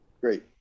Great